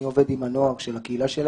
אני עוד עם הנוער של הקהילה שלנו.